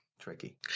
Tricky